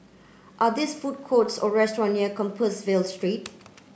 are these food courts or restaurant near Compassvale Street